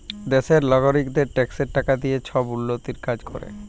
দ্যাশের লগারিকদের ট্যাক্সের টাকা দিঁয়ে ছব উল্ল্যতির কাজ ক্যরে